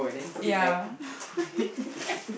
ya